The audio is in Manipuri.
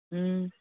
ꯎꯝ